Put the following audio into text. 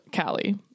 Callie